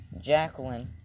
Jacqueline